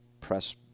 press